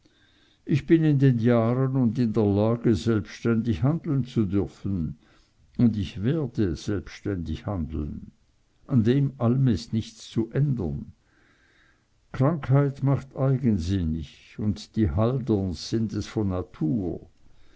ich bin in den jahren und in der lage selbständig handeln zu dürfen und ich werde selbständig handeln an dem allen ist nichts zu ändern krankheit macht eigensinnig und die halderns sind es von natur